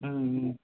ம் ம்